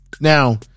Now